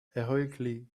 heroically